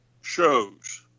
shows